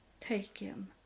taken